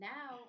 Now